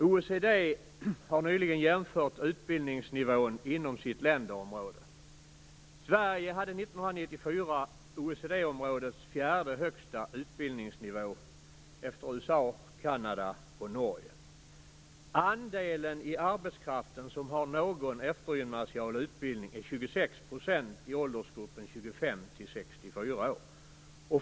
OECD har nyligen jämfört utbildningsnivån inom sitt länderområde. Sverige hade 1994 OECD områdets fjärde högsta utbildningsnivå efter USA, Kanada och Norge. Andelen i arbetskraften som har någon eftergymnasial utbildning är 26 % i åldersgruppen 25-64 år.